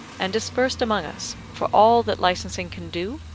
and dispersed among us, for all that licensing can do?